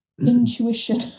intuition